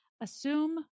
Assume